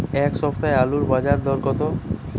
এ সপ্তাহে আলুর বাজার দর কত?